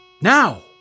Now